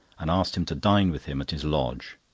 and asked him to dine with him at his lodge.